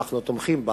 ואנחנו תומכים בה.